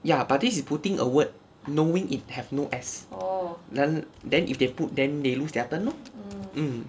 ya but this is putting a word knowing it have no s then if they put then they lose their turn lor mm